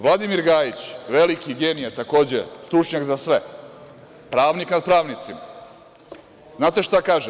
Vladimir Gajić, veliki genije, takođe, stručnjak za sve, pravnik nad pravnicima, znate šta kaže?